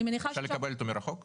אפשר לקבל אותם מרחוק היום?